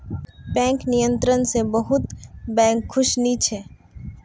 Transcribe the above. bank नियंत्रण स बहुत बैंक खुश नी छ